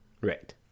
Right